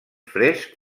fresc